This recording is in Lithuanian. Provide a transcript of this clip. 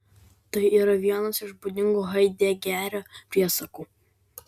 tai yra vienas iš būdingų haidegerio priesakų